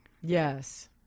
Yes